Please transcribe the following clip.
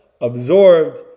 absorbed